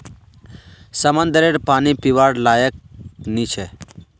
समंद्ररेर पानी पीवार लयाक नी छे